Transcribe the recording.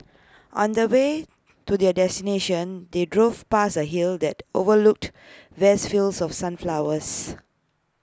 on the way to their destination they drove past A hill that overlooked vast fields of sunflowers